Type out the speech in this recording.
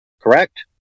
Correct